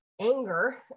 anger